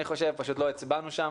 פשוט לא הצבענו שם